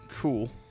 cool